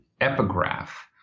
epigraph